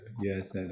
Yes